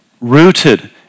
rooted